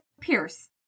Pierce